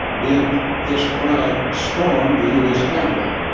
then this crowd stormed the u s. capitol.